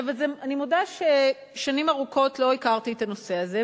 אני מודה ששנים ארוכות לא הכרתי את הנושא הזה,